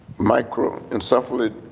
micro-encephaly,